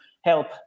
help